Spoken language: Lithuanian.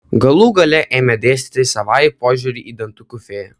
galų gale ėmė dėstyti savąjį požiūrį į dantukų fėją